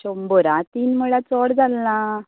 शंबरा तीन म्हळ्यार चड जाल ना